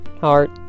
heart